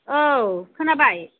औ खोनोबाय